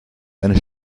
eine